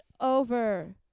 over